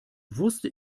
wusste